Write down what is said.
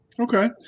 okay